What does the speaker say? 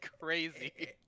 crazy